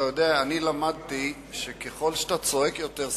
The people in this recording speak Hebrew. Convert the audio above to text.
אני למדתי: ככל שאתה צועק יותר,